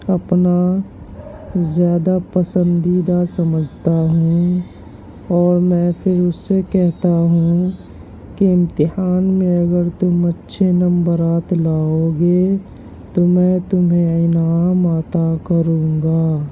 اپنا زیادہ پسندیدہ سمجھتا ہوں اور میں پھر اس سے کہتا ہوں کہ امتحان میں اگر تم اچھے نمبرات لاؤگے تو میں تمہیں انعام عطا کروں گا